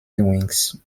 wings